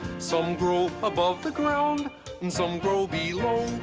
some grow above the ground and some grow below